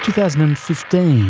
thousand and fifteen,